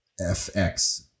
FX